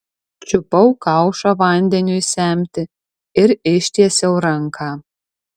čiupau kaušą vandeniui semti ir ištiesiau ranką